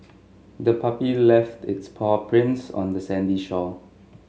the puppy left its paw prints on the sandy shore